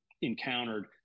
encountered